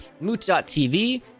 moot.tv